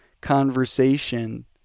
conversation